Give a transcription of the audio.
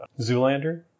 Zoolander